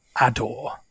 adore